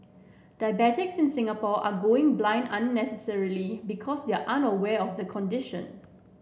diabetics in Singapore are going blind unnecessarily because they are unaware of the condition